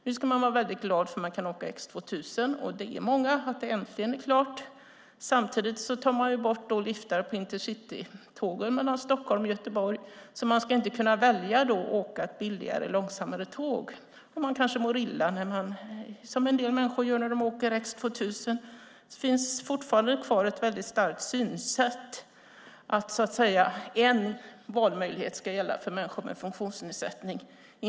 Nu ska de vara väldigt glada för att de kan åka X 2000, och många är väldigt glada att det äntligen är klart. Samtidigt tar man bort liftar på intercitytågen mellan Stockholm och Göteborg. Det innebär att man inte kan välja att åka ett billigare och långsammare tåg om man kanske mår illa när man åker X 2000, vilket en del människor gör. Synsättet att det bara ska finnas en möjlighet för människor med funktionsnedsättning finns fortfarande kvar.